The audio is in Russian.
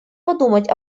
подумать